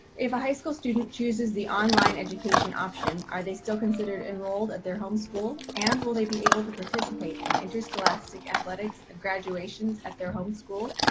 if a high school student chooses the online education option, are they still considered enrolled at their homeschool? and will they be able to participate in interscholastic athletics of graduations at their home